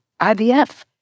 IVF